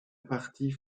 partie